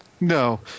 No